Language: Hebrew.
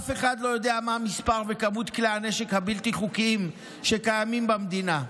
אף אחד לא יודע מה מספר כלי הנשק הבלתי-חוקיים שקיימים במדינה.